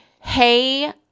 hey